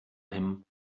him